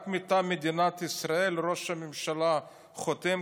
רק מטעם מדינת ישראל ראש הממשלה חותם,